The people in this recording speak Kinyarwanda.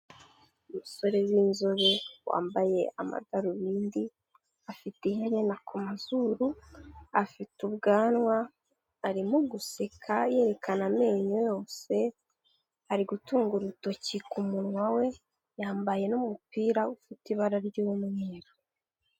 Umusore w'inzobe wambaye amadarubindi, afite iherena ku mazuru, afite ubwanwa, arimo guseka yerekana amenyo yose, ari gutunga urutoki ku munwa we, yambaye n'umupira ufite ibara ry'umweru.